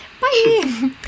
Bye